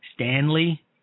Stanley